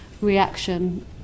reaction